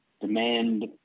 demand